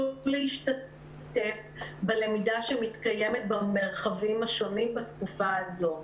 להשתתף בלמידה שמתקיימת במרחבים השונים בתקופה הזאת.